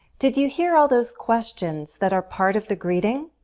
did you hear all those questions that are part of the greeting?